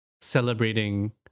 celebrating